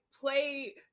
play